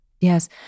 Yes